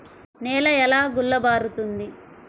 నేల ఎలా గుల్లబారుతుంది?